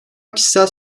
kişisel